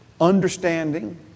understanding